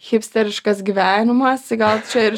hipsteriškas gyvenimas gal čia ir